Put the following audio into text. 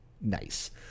Nice